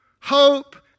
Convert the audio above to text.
hope